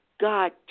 God